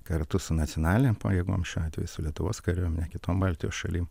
kartu su nacionalinėm pajėgom šiuo atveju su lietuvos kariuomene kitom baltijos šalim